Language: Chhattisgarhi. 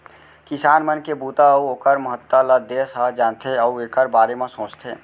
किसान मन के बूता अउ ओकर महत्ता ल देस ह जानथे अउ एकर बारे म सोचथे